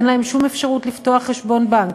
אין להם שום אפשרות לפתוח חשבון בנק,